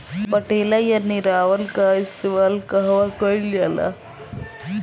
पटेला या निरावन का इस्तेमाल कहवा कइल जाला?